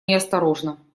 неосторожно